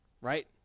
Right